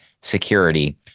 security